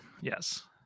Yes